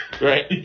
Right